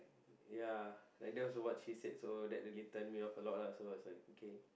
ya like that was what she said so that really turn me off a lot lah I was like okay